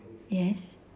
yes